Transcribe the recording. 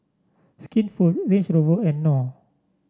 Skinfood Range Rover and Knorr